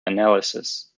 analysis